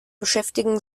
beschäftigten